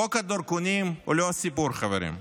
חוק הדרכונים הוא לא הסיפור, חברים,